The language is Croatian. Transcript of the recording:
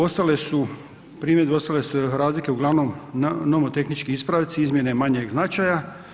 Ostale su, primjedbe, ostale su razlike uglavnom nomotehnički ispravci, izmjene manjeg značaja.